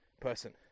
person